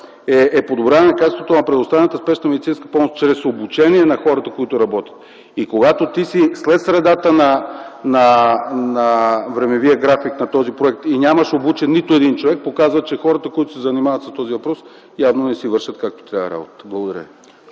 е подобряване на качеството на предоставяната спешна медицинска помощ с обучение на хората, които работят. Когато си след средата на времевия график на този проект и нямаш обучен нито един човек, това показва, че хората, които се занимават с този въпрос, явно не си вършат работата както трябва. Благодаря.